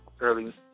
early